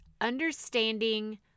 understanding